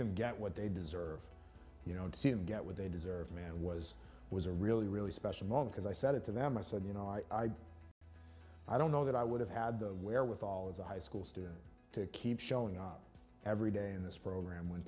them get what they deserve you know to see him get what they deserve man was was a really really special long because i said to them i said you know i i don't know that i would have had the wherewithal as a high school student to keep showing up every day in this program when